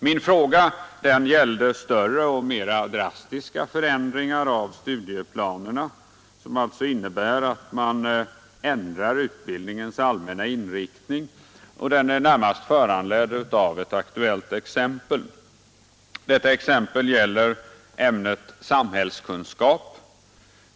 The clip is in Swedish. Min fråga gällde större och mera drastiska förändringar av studieplanerna, som alltså innebär att man ändrar utbildningens allmänna inriktning, och den är närmast föranledd av ett aktuellt exempel som rör ämnet samhällskunskap.